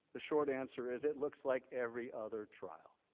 the short answer is it looks like every other trial.